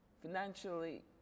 financially